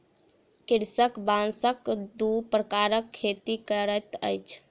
कृषक बांसक दू प्रकारक खेती करैत अछि